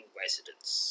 residents